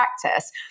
practice